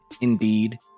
Indeed